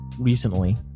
recently